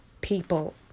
People